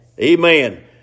Amen